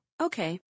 Okay